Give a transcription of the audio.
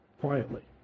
quietly